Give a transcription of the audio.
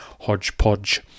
hodgepodge